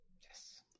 Yes